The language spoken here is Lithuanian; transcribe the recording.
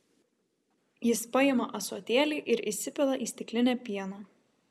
jis paima ąsotėlį ir įsipila į stiklinę pieno